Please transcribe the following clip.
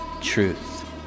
truth